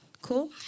Cool